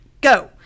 go